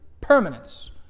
permanence